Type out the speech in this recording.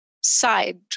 side